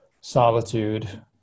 solitude